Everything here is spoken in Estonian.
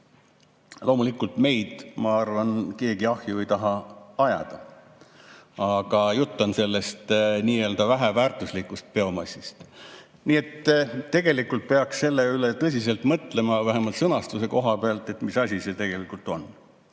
Loomulikult meid, ma arvan, keegi ahju ei taha ajada. Aga jutt on sellest nii-öelda väheväärtuslikust biomassist. Nii et tegelikult peaks selle üle tõsiselt mõtlema, vähemalt sõnastuse koha pealt, et mis asi see tegelikult on.